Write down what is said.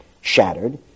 shattered